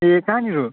ए कहाँनिर